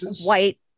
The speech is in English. white